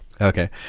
Okay